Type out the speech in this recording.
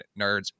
nerds